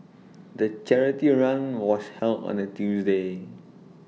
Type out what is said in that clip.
the charity run was held on A Tuesday